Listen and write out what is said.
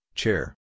chair